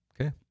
Okay